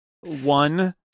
one